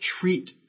treat